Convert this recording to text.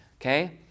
Okay